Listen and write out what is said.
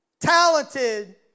talented